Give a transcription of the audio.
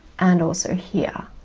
and also here,